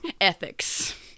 Ethics